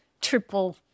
triple